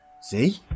see